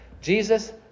Jesus